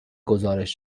گزارش